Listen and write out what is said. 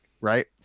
right